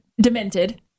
demented